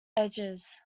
edges